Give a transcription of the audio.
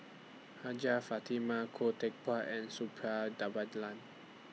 Hajjah Fatimah Khoo Teck Puat and Suppiah